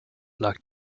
lag